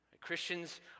Christians